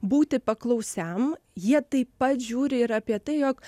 būti paklausiam jie taip pat žiūri ir apie tai jog